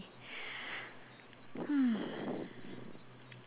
hmm